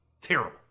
Terrible